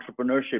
entrepreneurship